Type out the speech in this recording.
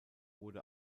wurde